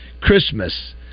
Christmas